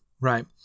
right